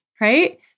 right